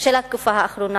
של התקופה האחרונה,